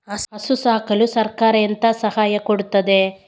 ಹಸು ಸಾಕಲು ಸರಕಾರ ಎಂತ ಸಹಾಯ ಕೊಡುತ್ತದೆ?